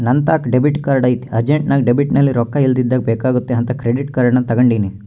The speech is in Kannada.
ನಂತಾಕ ಡೆಬಿಟ್ ಕಾರ್ಡ್ ಐತೆ ಅರ್ಜೆಂಟ್ನಾಗ ಡೆಬಿಟ್ನಲ್ಲಿ ರೊಕ್ಕ ಇಲ್ಲದಿದ್ದಾಗ ಬೇಕಾಗುತ್ತೆ ಅಂತ ಕ್ರೆಡಿಟ್ ಕಾರ್ಡನ್ನ ತಗಂಡಿನಿ